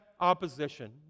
opposition